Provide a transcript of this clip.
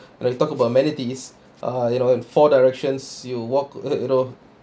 when you talk about amenities uh you know in four directions you walk you know